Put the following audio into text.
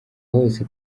hose